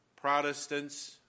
Protestants